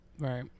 right